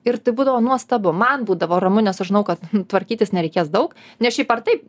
ir tai būdavo nuostabu man būdavo ramu nes aš žinojau kad tvarkytis nereikės daug nes šiaip ar taip